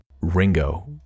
Ringo